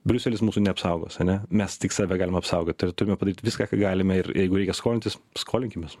briuselis mūsų neapsaugos ane mes tik save galim apsaugot ir turime padaryt viską ką galime ir jeigu reikia skolintis skolinkimės